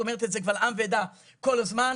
את אומרת את זה קבל עם ועדה כל הזמן,